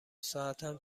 ساعتم